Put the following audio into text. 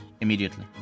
immediately